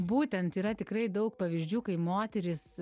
būtent yra tikrai daug pavyzdžių kai moterys